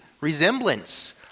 resemblance